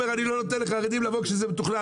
אומר 'אני לא אתן לחרדים לבוא' כשזה מתוכנן.